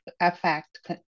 affect